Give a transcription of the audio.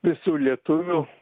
visų lietuvių